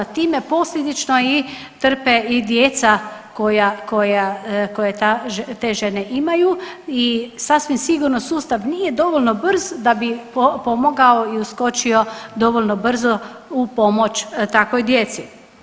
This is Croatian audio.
Time posljedično trpe i djeca koju te žene imaju i sasvim sigurno sustav nije dovoljno brz da bi pomogao i uskočio dovoljno brzo u pomoć takvoj djeci.